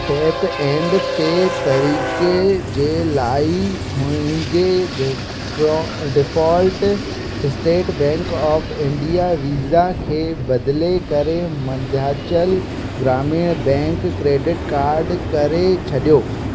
tap and pay तरीक़े जे लाइ मुंहिंजे डीफो default State Bank of India Visa खे बदिले करे Madhyanchal Gramin Bank credit card करे छॾियो